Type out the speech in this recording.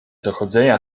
dochodzenia